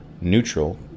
neutral